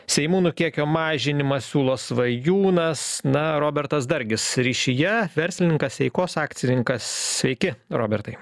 seimūnų kiekio mažinimą siūlo svajūnas na robertas dargis ryšyje verslininkas eikos akcininkas sveiki robertai